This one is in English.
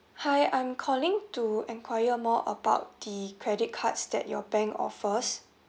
hi I'm calling to enquire more about the credit cards that your bank offers